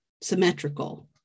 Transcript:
symmetrical